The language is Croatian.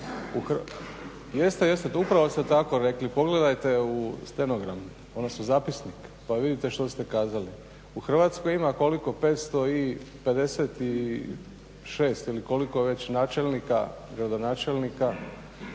Jeste, jeste, upravo ste tako rekli, pogledajte u zapisnik pa vidite što ste kazali. U Hrvatskoj ima koliko, 556 ili koliko već načelnika, gradonačelnika.